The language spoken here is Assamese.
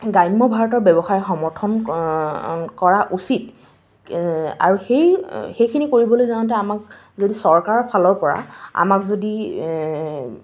গ্ৰাম্য ভাৰতৰ ব্যৱসায় সমৰ্থন কৰা উচিত আৰু সেই সেইখিনি কৰিবলৈ যাওঁতে আমাক যদি চৰকাৰৰ ফালৰ পৰা আমাক যদি